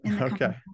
Okay